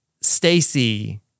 Stacy